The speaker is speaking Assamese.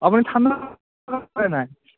আপুনি ঠাণ্ডা নাই নাই